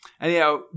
Anyhow